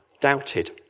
doubted